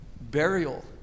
burial